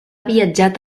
viatjat